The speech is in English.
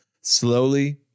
slowly